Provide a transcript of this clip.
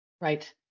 Right